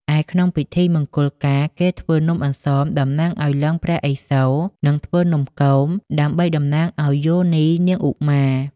ឯក្នុងពិធីរៀបមង្គលការ គេធ្វើនំអន្សមតំណាងឲ្យលិង្គព្រះឥសូរ និងធ្វើនំគមដើម្បីតំណាងឲ្យយោនីនាងឧមា។